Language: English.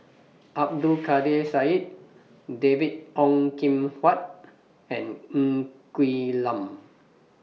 Abdul Kadir Syed David Ong Kim Huat and Ng Quee Lam